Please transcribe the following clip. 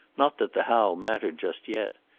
not that the how mattered just yet.